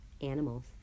animals